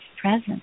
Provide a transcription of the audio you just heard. present